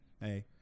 Hey